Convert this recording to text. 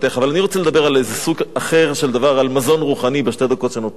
אבל אני רוצה לדבר, בשתי דקות שנותרו לי,